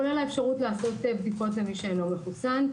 כולל האפשרות לעשות בדיקות למי שאינו מחוסן.